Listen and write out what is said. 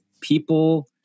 people